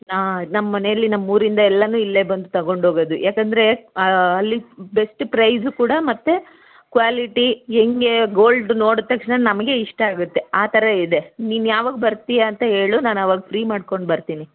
ನಮ್ಮ ಮನೆಲ್ಲಿ ನಮ್ಮ ಊರಿಂದ ಎಲ್ಲರೂ ಇಲ್ಲೇ ಬಂದು ತೊಗೊಂಡೋಗೊದು ಯಾಕೆಂದ್ರೆ ಅಲ್ಲಿ ಬೆಸ್ಟ್ ಪ್ರೈಸು ಕೂಡ ಮತ್ತು ಕ್ವಾಲಿಟಿ ಹೆಂಗೆ ಗೋಲ್ಡ್ ನೋಡಿದ ತಕ್ಷಣ ನಮಗೆ ಇಷ್ಟ ಆಗುತ್ತೆ ಆ ಥರ ಇದೆ ನೀನು ಯಾವಾಗ ಬರ್ತೀಯ ಅಂತ ಹೇಳು ನಾನು ಆವಾಗ ಫ್ರೀ ಮಾಡ್ಕೊಂಡು ಬರ್ತೀನಿ